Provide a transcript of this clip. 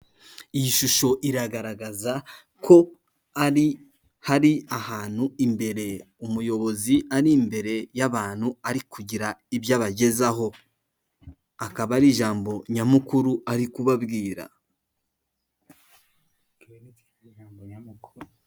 Iyi shusho iragaragaza ko ari hari ahantu imbere umuyobozi ari imbere y'abantu ari kugira ibyo abagezaho. Akaba ari ijambo nyamukuru ari kubabwira.